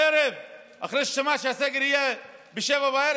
אחרי ששמע שהסגר יהיה ב-19:00,